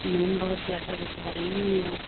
ma'am बहुत ज़्यादा बता रही हैं आप